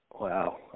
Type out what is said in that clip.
Wow